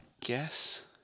Guess